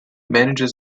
manages